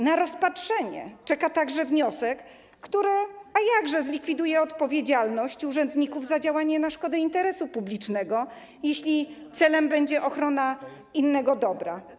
Na rozpatrzenie czeka także wniosek, który zlikwiduje, a jakże, odpowiedzialność urzędników za działanie na szkodę interesu publicznego, jeśli celem będzie ochrona innego dobra.